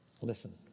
Listen